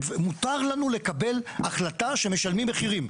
מותר לנו לקבל החלטה שמשלמים מחירים,